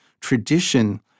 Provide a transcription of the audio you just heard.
tradition